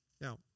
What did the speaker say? Now